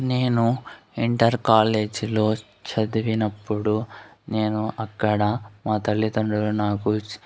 నేను ఇంటర్ కాలేజ్లో చదివినప్పుడు నేను అక్కడ మా తల్లిదండ్రులు నాకు